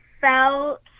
felt